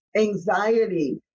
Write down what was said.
Anxiety